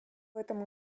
этом